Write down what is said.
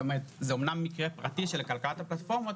זה אמנם מקרה פרטי של כלכלת הפלטפורמות